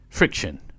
Friction